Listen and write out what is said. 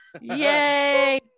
yay